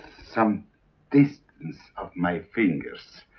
some distance of my fingers.